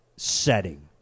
Setting